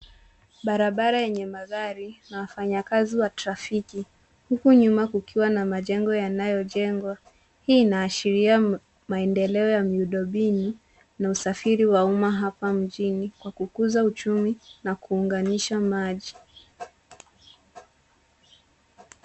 Barabara yenye magari na wafanyakazi wa trafiki huku nyuma kukiwa na majengo yanayojengwa. Hii inaashiria maendeleo ya miundombinu na usafiri wa umma hapa mjini kwa kukuza uchumi na kuunganisha maji.